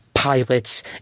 Pilots